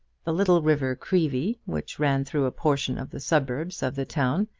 the little river creevy, which ran through a portion of the suburbs of the town,